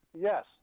Yes